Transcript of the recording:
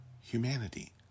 humanity